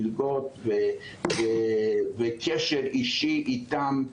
מלגות וקשר אישי איתם.